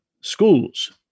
schools